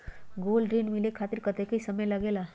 Gold ऋण मिले खातीर कतेइक समय लगेला?